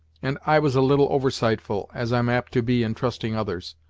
and i was a little oversightful, as i'm apt to be in trusting others.